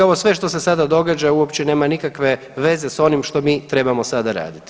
Ovo sve što se sada događa uopće nema nikakve veze s onim što mi trebamo sada raditi.